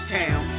town